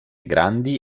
grandi